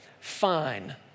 fine